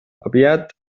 aviat